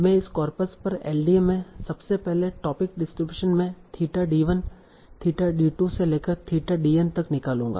मैं इस कॉर्पस पर एलडीए में सबसे पहले टोपिक डिस्ट्रीब्यूशन में थीटा d1 थीटा d2 से लेकर थीटा dn तक निकालूँगा